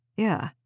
Yeah